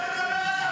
אתה מדבר על